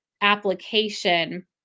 application